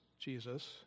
Jesus